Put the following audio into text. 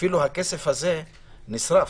אפילו הכסף הזה נשרף.